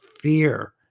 fear